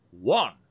one